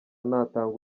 natanga